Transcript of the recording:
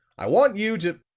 i want you to